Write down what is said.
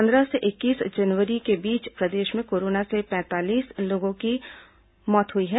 पंद्रह से इक्कीस जनवरी के बीच प्रदेश में कोरोना से पैंतालीस लोगों की मौत हुई है